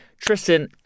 Tristan